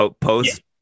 post